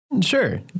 Sure